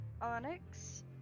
Onyx